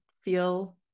feel